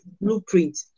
blueprint